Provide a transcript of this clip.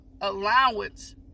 allowance